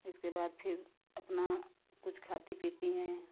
इसके बाद फिर अपना कुछ खाती पीती हैं